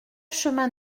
chemin